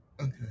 okay